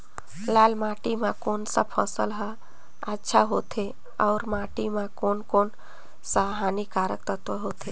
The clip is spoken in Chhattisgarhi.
लाल माटी मां कोन सा फसल ह अच्छा होथे अउर माटी म कोन कोन स हानिकारक तत्व होथे?